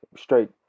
Straight